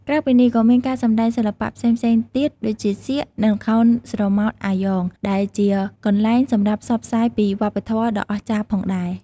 ក្រៅពីនេះ ក៏មានការសម្តែងសិល្បៈផ្សេងៗទៀតដូចជា សៀក និងល្ខោនស្រមោលអាយ៉ងដែលជាកន្លែងសម្រាប់ផ្សព្វផ្សាយពីវប្បធម័ដ៏អស្ចារ្យផងដែរ ។